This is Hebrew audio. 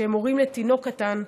שהם הורים לתינוק קטן,